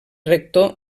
rector